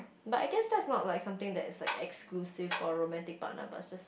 but I guess that's not like something that is like exclusive for a romantic partner but is just